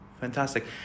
fantastic